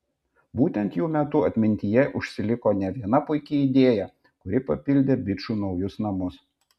būtent jų metu atmintyje užsiliko ne viena puiki idėja kuri papildė bičų naujus namus